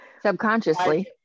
Subconsciously